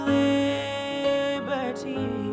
liberty